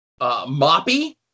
Moppy